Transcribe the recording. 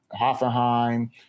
Hoffenheim